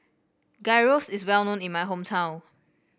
gyro is well known in my hometown